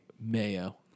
mayo